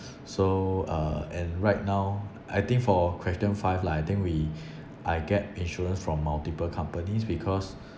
so uh and right now I think for question five lah I think we I get insurance from multiple companies because